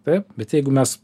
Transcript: taip bet jeigu mes